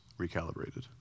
recalibrated